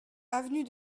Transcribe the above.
avenue